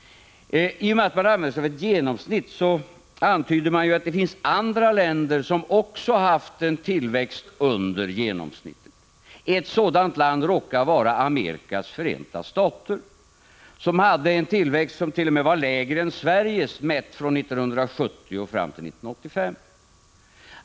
I och med att man använder sig av ett genomsnitt, antyder man ju att det finns andra länder som också har haft en tillväxt under genomsnittet. Ett sådant land råkar vara Amerikas Förenta stater, som 1970-1985 hade en tillväxt som t.o.m. var lägre än Sveriges.